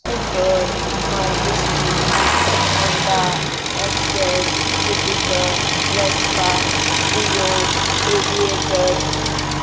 scooter Maruti Suzuki Honda access jupiter Vespa deo aviator